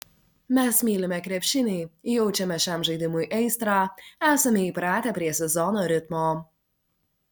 mes mylime krepšinį jaučiame šiam žaidimui aistrą esame įpratę prie sezono ritmo